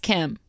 Kim